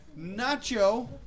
Nacho